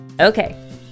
Okay